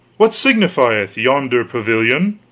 what signifieth yonder pavilion?